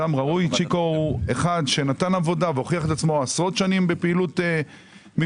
צ'יקו הוא אדם שנתן עבודה והוכיח את עצמו עשרות שנים בפעילות מבצעית,